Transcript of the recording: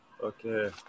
Okay